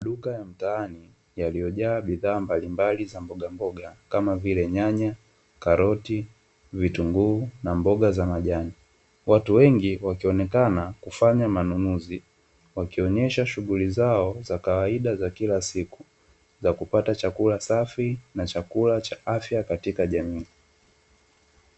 Maduka ya mtaani, yaliyojaa bidhaa mbalimbali za mbogamboga kama vile: nyanya, karoti, vitunguu, na mboga za majani. Watu wengi wakionekana kufanya manunuzi, wakionyesha shughuli zao za kawaida za kila siku za kupata chakula safi, na chakula cha afya katika jamii.